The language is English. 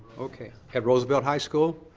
okay, at roosevelt high school?